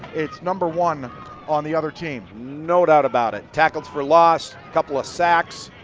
it's number one on the other team. no doubt about it. tackles for loss, couple of sacks,